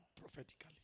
prophetically